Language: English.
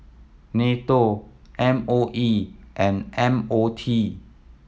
NATO M O E and M O T